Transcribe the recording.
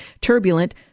Turbulent